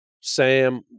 Sam